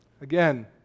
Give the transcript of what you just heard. Again